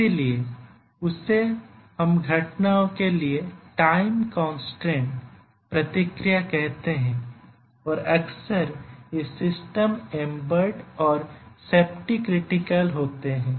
इसलिएउसे हम घटनाओं के लिए टाइम कन्स्ट्रेंट प्रतिक्रिया कहते हैं और अक्सर ये सिस्टम एम्बेड और सेफ्टी क्रिटिकल होते हैं